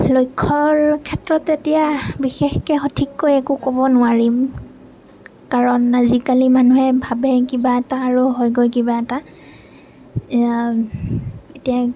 লক্ষ্য়ৰ ক্ষেত্ৰত এতিয়া বিশেষকৈ সঠিককৈ একো ক'ব নোৱাৰিম কাৰণ আজিকালি মানুহে ভাবে কিবা এটা আৰু হয়গৈ কিবা এটা এতিয়া